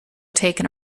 taken